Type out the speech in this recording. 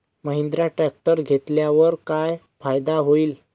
Mahindra tractor घेतल्यावर काय फायदा होईल?